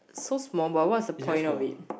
so small but what's the point of it